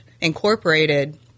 incorporated